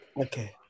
Okay